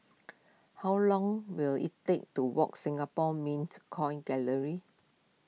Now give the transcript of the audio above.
how long will it take to walk Singapore Mint Coin Gallery